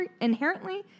inherently